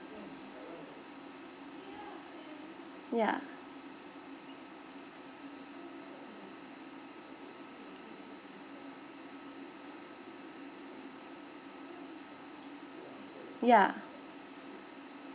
ya ya